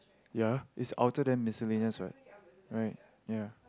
ya is altered than miscellaneous what right ya